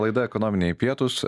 laida ekonominiai pietūs